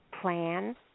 plan